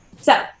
So-